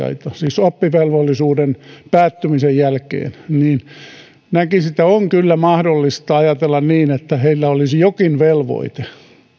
alle kahdeksantoista vuotiaita siis oppivelvollisuuden päättymisen jälkeen niin näkisin että on kyllä mahdollista ajatella niin että heillä olisi jokin velvoite